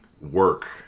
work